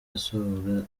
asohora